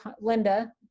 Linda